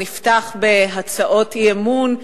נפתח בהצעות אי-אמון,